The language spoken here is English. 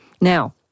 Now